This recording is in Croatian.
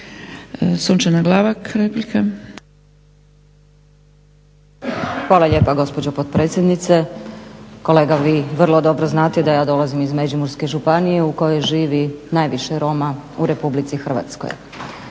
Sunčana (HDZ)** Hvala lijepa gospođo potpredsjednice. Kolega vi vrlo dobro znate da ja dolazim iz Međimurske županije u kojoj živi najviše Roma u RH pa ću samo